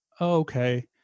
okay